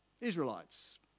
Israelites